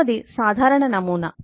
మూడవది సాధారణ నమూనా